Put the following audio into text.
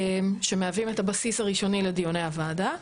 שמהווים את הבסיס הראשוני לדיוני הוועדה.